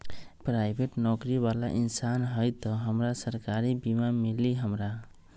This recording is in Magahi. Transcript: पराईबेट नौकरी बाला इंसान हई त हमरा सरकारी बीमा मिली हमरा?